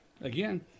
again